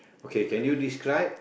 okay can you describe